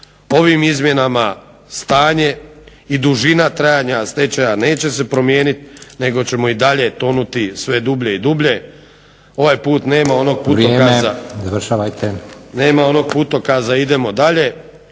Ovim izmjenama stanje i dužina trajanja stečaja neće se promijeniti nego ćemo i dalje tonuti sve dublje i dublje. Ovaj put nema onog putokaza… **Leko,